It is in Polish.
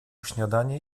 śniadanie